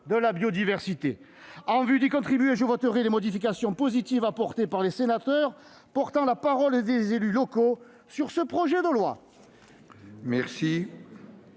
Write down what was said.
de la biodiversité. En vue d'y contribuer, je voterai les modifications positives apportées par les sénateurs, portant la parole des élus locaux sur ce projet de loi.